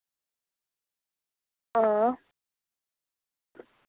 हां